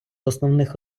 основних